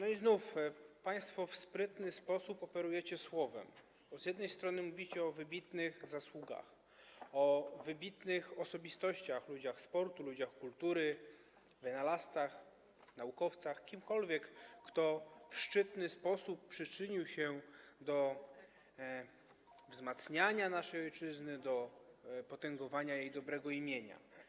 I znów państwo w sprytny sposób operujecie słowem, bo z jednej strony mówicie o wybitnych zasługach, o wybitnych osobistościach, ludziach sportu, ludziach kultury, wynalazcach, naukowcach, o kimkolwiek, kto w szczytny sposób przyczynił się do wzmacniania naszej ojczyzny, do potęgowania jej dobrego imienia.